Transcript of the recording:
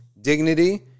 Dignity